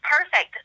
Perfect